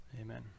Amen